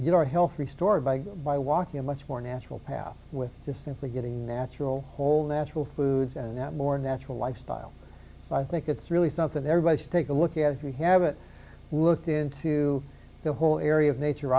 get our healthy store by by walking a much more natural path with just simply getting natural whole natural foods and that more natural lifestyle so i think it's really something everybody should take a look at if you haven't looked into the whole area of nature